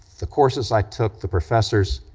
the courses i took, the professors